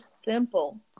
simple